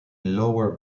lower